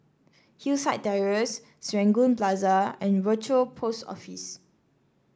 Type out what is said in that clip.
Hillside Terrace Serangoon Plaza and Rochor Post Office